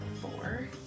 Four